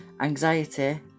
anxiety